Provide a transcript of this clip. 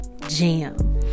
jam